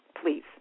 please